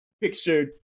pictured